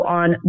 on